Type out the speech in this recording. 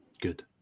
Good